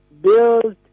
build